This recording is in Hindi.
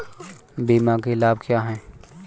बीमा के लाभ क्या हैं?